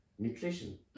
nutrition